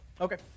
Okay